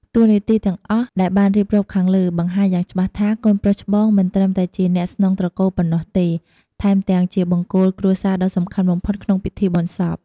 តួនាទីទាំងអស់ដែលបានរៀបរាប់ខាងលើ បង្ហាញយ៉ាងច្បាស់ថា កូនប្រុសច្បងមិនត្រឹមតែជាអ្នកស្នងត្រកូលប៉ុណ្ណោះទេ ថែមទាំងជាបង្គោលគ្រួសារដ៏សំខាន់បំផុតក្នុងពិធីបុណ្យសព។